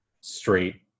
straight